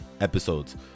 episodes